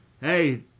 hey